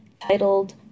titled